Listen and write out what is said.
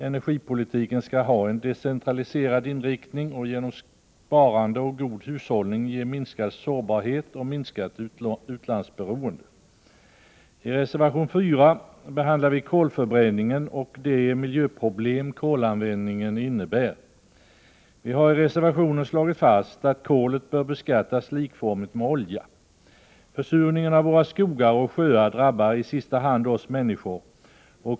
Energipolitiken skall ha en decentraliserad inriktning och genom sparande och god hushållning ge minskad sårbarhet och minskat utlandsberoende. I reservation 4 behandlar vi kolförbränningen och de miljöproblem kolanvändningen innebär. Vi har i reservationen slagit fast att kolet bör beskattas på samma sätt som olja. Försurningen av våra skogar och sjöar drabbar i sista hand oss människor.